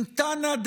עם תַּנָּא